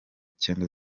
cyenda